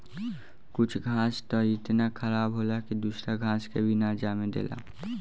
कुछ घास त इतना खराब होला की दूसरा घास के भी ना जामे देला